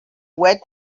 wet